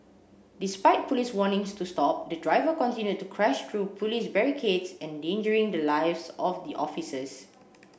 despite police warnings to stop the driver continued to crash through police barricades endangering the lives of the officers